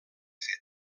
fet